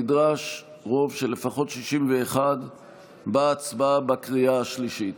נדרש רוב של 61 לפחות בהצבעה בקריאה השלישית.